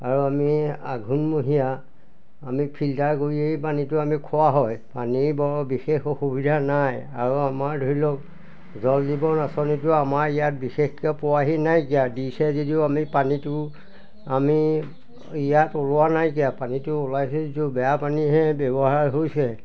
আৰু আমি আঘোণমহীয়া আমি ফিল্টাৰ কৰিয়েই পানীটো আমি খোৱা হয় পানীৰ বৰ বিশেষ অসুবিধা নাই আৰু আমাৰ ধৰি লওক জল জীৱন আঁচনিটো আমাৰ ইয়াত বিশেষকৈ পোৱাহি নাইকিয়া দিছে যদিও আমি পানীটো আমি ইয়াত ওলোৱা নাইকিয়া পানীটো ওলাইছে যদিও বেয়া পানীহে ব্যৱহাৰ হৈছে